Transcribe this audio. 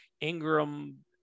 Ingram